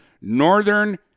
Northern